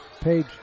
Page